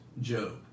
Job